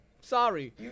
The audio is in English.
Sorry